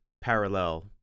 parallel